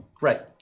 Right